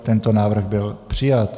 Tento návrh byl přijat.